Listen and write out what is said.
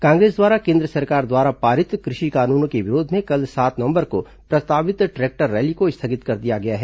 कांग्रेस द्वारा केन्द्र सरकार द्वारा पारित कृषि कानूनों के विरोध में कल सात नवंबर को प्रस्तावित ट्रैक्टर रैली को स्थगित कर दिया गया है